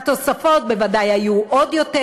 התוספות בוודאי היו עוד יותר.